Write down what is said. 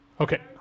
Okay